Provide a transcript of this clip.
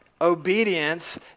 obedience